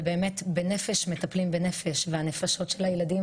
ובאמת בנפש מטפלים בנפש והנפשות של הילדים